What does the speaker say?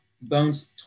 Bones